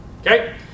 Okay